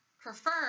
prefer